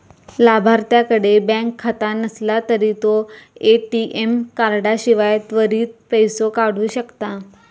लाभार्थ्याकडे बँक खाता नसला तरी तो ए.टी.एम कार्डाशिवाय त्वरित पैसो काढू शकता